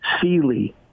Sealy